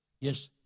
Yes